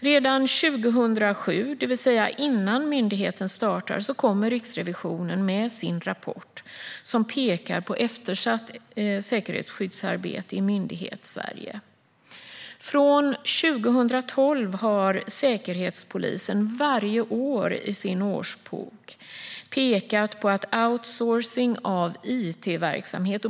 Redan 2007, det vill säga innan myndigheten startar, kommer Riksrevisionen med sin rapport som pekar på eftersatt säkerhetsskyddsarbete i Myndighetssverige. Från 2012 har Säkerhetspolisen varje år i sin årsbok pekat på outsourcing av it-verksamhet.